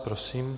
Prosím.